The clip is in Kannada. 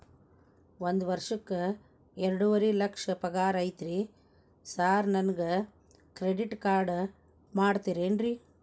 ಒಂದ್ ವರ್ಷಕ್ಕ ಎರಡುವರಿ ಲಕ್ಷ ಪಗಾರ ಐತ್ರಿ ಸಾರ್ ನನ್ಗ ಕ್ರೆಡಿಟ್ ಕಾರ್ಡ್ ಕೊಡ್ತೇರೆನ್ರಿ?